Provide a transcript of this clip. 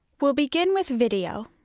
we'll begin with video